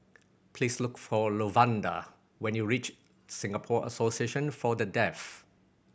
please look for Lavonda when you reach Singapore Association For The Deaf